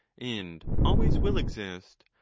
and always will exist,